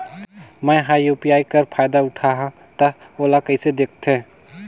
मैं ह यू.पी.आई कर फायदा उठाहा ता ओला कइसे दखथे?